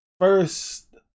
First